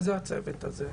מה זה הצוות הזה,